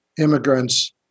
immigrants